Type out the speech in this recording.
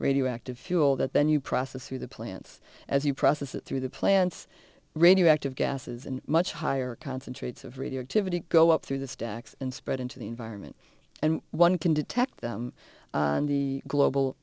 radioactive fuel that then you process through the plants as you process it through the plants radioactive gases and much higher concentrates of radioactivity go up through the stacks and spread into the environment and one can detect them on the global